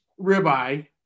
ribeye